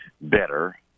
better